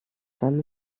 haben